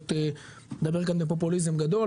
לדבר בפופוליזם גדול,